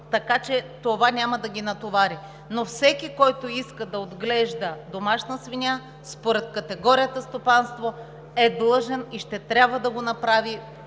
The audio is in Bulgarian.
така че това няма да ги натовари. Но всеки, който иска да отглежда домашна свиня според категорията стопанство, е длъжен и ще трябва да го направи